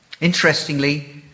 Interestingly